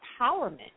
empowerment